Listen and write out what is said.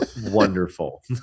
wonderful